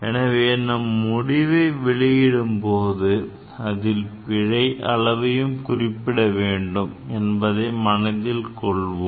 எனவே நம் முடிவை வெளியிடும் போது அதில் பிழை அளவையும் குறிப்பிட வேண்டும் என்பதை மனதில் கொள்வோம்